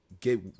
get